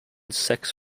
sex